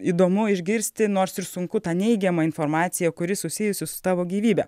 įdomu išgirsti nors ir sunku tą neigiamą informaciją kuri susijusi su tavo gyvybe